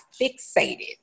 fixated